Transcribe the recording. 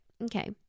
Okay